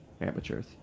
amateurs